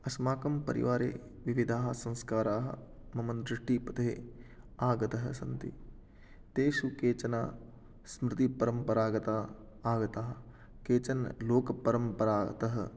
अस्माकं परिवारे विविधाः संस्काराः मम दृष्टिपथे आगताः सन्ति तेषु केचन स्मृतिपरम्परागताः आगताः केचन लोकपरम्परातः